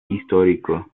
histórico